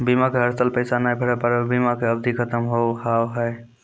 बीमा के हर साल पैसा ना भरे पर बीमा के अवधि खत्म हो हाव हाय?